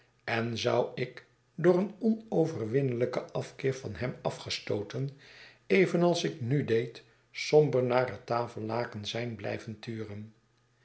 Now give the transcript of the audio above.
en zou ik door een onverwinnelijken afkeer van hem afgestooten evenals ik nu deed somber naar het tafellaken zijn blijven turen